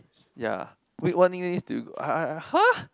ya wait what nicknames do you go I I I !huh!